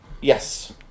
Yes